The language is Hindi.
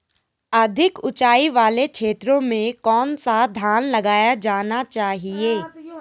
अधिक उँचाई वाले क्षेत्रों में कौन सा धान लगाया जाना चाहिए?